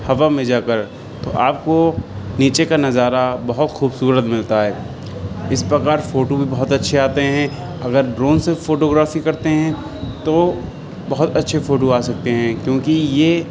ہوا میں جا کر تو آپ کو نیچے کا نظارہ بہت خوبصورت ملتا ہے اس پرکار فوٹو بھی بہت اچھے آتے ہیں اگر ڈرون سے فوٹوگرافی کرتے ہیں تو بہت اچھے فوٹو آ سکتے ہیں کیوںکہ یہ